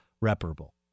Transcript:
reparable